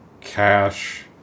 Cash